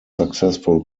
successful